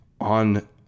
on